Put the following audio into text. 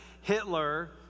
Hitler